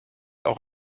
auch